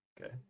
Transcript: okay